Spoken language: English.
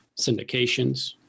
syndications